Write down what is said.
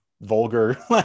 vulgar